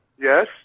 Yes